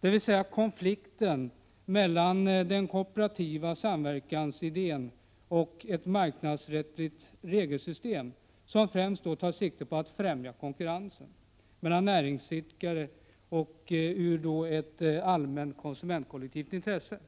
dvs. konflikten mellan den kooperativa samhällsidén och ett marknadsrättsligt regelsystem, som främst tar sikte på att av ett allmänt konsumentkollektivt intresse främja konkurrensen mellan näringsidkare.